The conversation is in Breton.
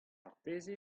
marteze